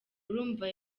urumva